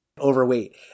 overweight